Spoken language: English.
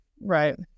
Right